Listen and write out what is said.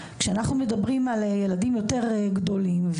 כשאנחנו מדברים על ילדים יותר גדולים,